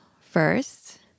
first